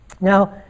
Now